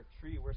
tree